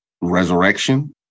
resurrection